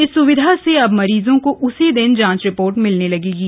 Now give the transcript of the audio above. इस सुविधा से अब मरीजों को उसी दिन जांच रिपोर्ट मिलने लगी है